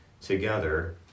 together